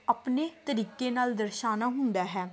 ਆਪਣੇ ਤਰੀਕੇ ਨਾਲ ਦਰਸਾਉਣਾ ਹੁੰਦਾ ਹੈ